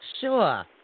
Sure